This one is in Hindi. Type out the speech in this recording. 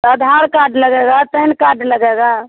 अधार कार्ड लगेगा पैन कार्ड लगेगा